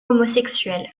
homosexuel